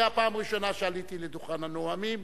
זו היתה פעם ראשונה עד שעליתי לדוכן הנואמים,